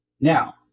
now